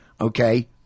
okay